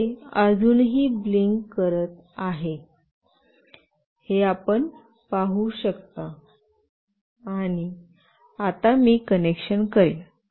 हे अजूनही ब्लिंक करीत आहे हे आपण पाहू शकता आणि आता मी कनेक्शन करीन